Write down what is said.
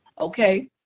okay